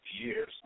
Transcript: years